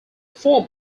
form